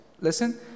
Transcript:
listen